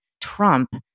trump